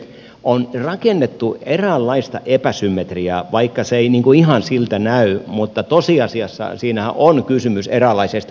on rakennettu eräänlaista epäsymmetriaa vaikka se ei ihan siltä näytä mutta tosiasiassahan siinä on kysymys eräänlaisesta epäsymmetriasta